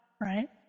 right